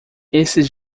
esses